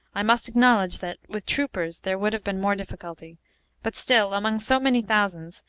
i must acknowledge that, with troopers, there would have been more difficulty but still, among so many thousands,